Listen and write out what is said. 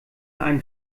ein